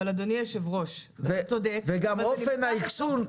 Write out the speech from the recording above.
אבל אדוני היושב-ראש --- וגם אופן האחסון,